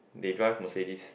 they drive Mercedes